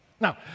Now